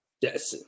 Yes